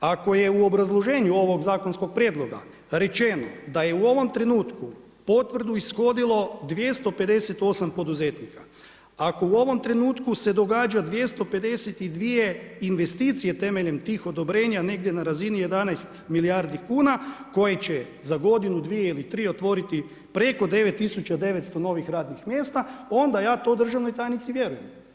Ako je u obrazloženju ovog zakonskog prijedloga rečeno da je u ovom trenutku potvrdu ishodilo 258 poduzetnika, ako u ovom trenutku se događa 252 investicije temeljem tih odobrenja negdje na razini 11 milijardi kuna koje će za godinu, dvije ili tri otvoriti preko 9900 novih radnih mjesta, onda ja to državnoj tajnici vjerujem.